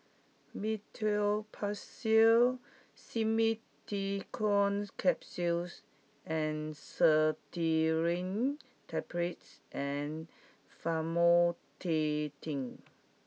Meteospasmyl Simeticone Capsules Cetirizine Tablets and Famotidine